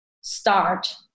start